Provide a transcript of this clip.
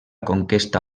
conquesta